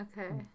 okay